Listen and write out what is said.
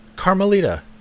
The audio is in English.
Carmelita